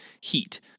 heat